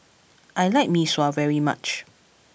I like Mee Sua very much